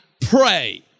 pray